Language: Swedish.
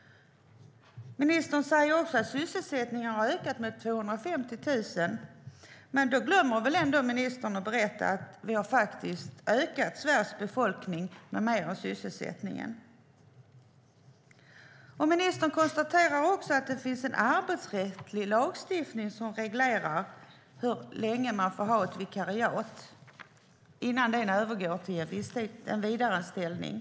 Ministern säger att sysselsättningen har ökat med 250 000 personer, men då glömmer väl ministern att berätta att Sveriges befolkning faktiskt har ökat mer än sysselsättningen. Ministern konstaterar också att det finns en arbetsrättslig lagstiftning som reglerar hur länge man får ha ett vikariat innan det övergår i en tillsvidareanställning.